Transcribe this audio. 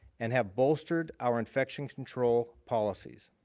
and have bolstered our infection control policies.